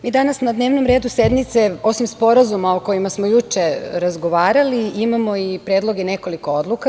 Mi danas na dnevnom redu sednice, osim sporazuma o kojima smo juče razgovarali imamo i predloge nekoliko odluka.